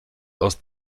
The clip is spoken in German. aus